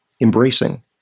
embracing